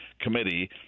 committee